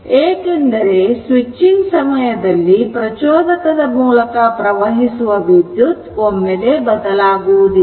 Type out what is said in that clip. ಏಕೆಂದರೆ ಸ್ವಿಚಿಂಗ್ ಸಮಯದಲ್ಲಿ ಪ್ರಚೋದಕದ ಮೂಲಕ ಪ್ರವಹಿಸುವ ವಿದ್ಯುತ್ ಒಮ್ಮೆಲೆ ಬದಲಾಗುವುದಿಲ್ಲ